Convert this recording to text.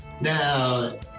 Now